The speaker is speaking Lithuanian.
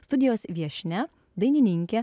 studijos viešnia dainininkė